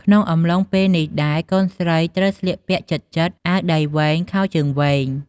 ក្នុងអំឡុងពេលនេះដែរ កូនស្រីត្រូវស្លៀកពាក់ជិតៗ អាវដៃវែង ខោជើងវែង។